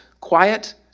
quiet